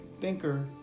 thinker